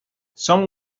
some